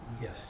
Yes